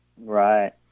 Right